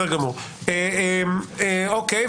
אגב,